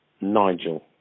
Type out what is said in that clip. Nigel